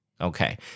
Okay